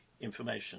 information